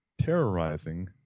terrorizing